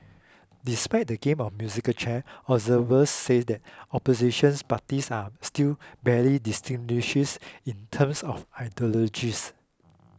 despite the game of musical chairs observers say the oppositions parties are still barely distinguishes in terms of ideologies